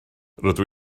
rydw